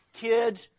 kids